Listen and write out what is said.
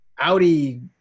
Audi